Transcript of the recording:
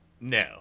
No